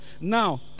Now